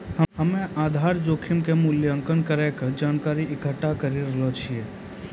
हम्मेआधार जोखिम के मूल्यांकन करै के जानकारी इकट्ठा करी रहलो छिऐ